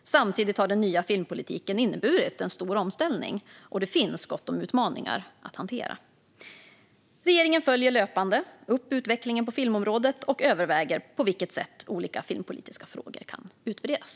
Samtidigt har den nya filmpolitiken inneburit en stor omställning, och det finns gott om utmaningar att hantera. Regeringen följer löpande upp utvecklingen på filmområdet och överväger på vilket sätt olika filmpolitiska frågor kan utvärderas.